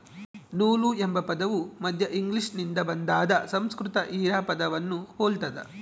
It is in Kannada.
ನೂಲು ಎಂಬ ಪದವು ಮಧ್ಯ ಇಂಗ್ಲಿಷ್ನಿಂದ ಬಂದಾದ ಸಂಸ್ಕೃತ ಹಿರಾ ಪದವನ್ನು ಹೊಲ್ತದ